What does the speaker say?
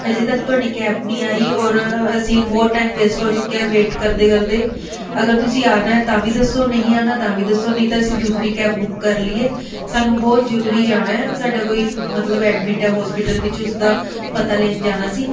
ਅਜੇ ਤੱਕ ਤੁਹਾਡੀ ਕੈਬ ਨਹੀਂ ਆਈ ਔਰ ਅਸੀਂ ਬਹੁਤ ਟਾਈਮ ਵੇਸਟ ਹੋ ਚੁੱਕਿਆ ਵੇਟ ਕਰਦੇ ਕਰਦੇ ਅਗਰ ਤੁਸੀਂ ਆਉਣਾ ਤਾਂ ਵੀ ਦੱਸੋ ਨਹੀਂ ਆਉਣਾ ਤਾਂ ਵੀ ਦੱਸੋ ਨਹੀਂ ਤਾਂ ਅਸੀਂ ਦੂਸਰੀ ਕੈਬ ਬੁੱਕ ਕਰ ਲਈਏ ਸਾਨੂੰ ਬਹੁਤ ਜਰੂਰੀ ਜਾਣਾ ਹੈ ਸਾਡਾ ਕੋਈ ਮਤਲਬ ਐਡਮਿਟ ਹੈ ਹੋਸਪਿਟਲ ਵਿੱਚ ਉਸਦਾ ਪਤਾ ਲੈਣ ਜਾਣਾ ਸੀ